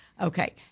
Okay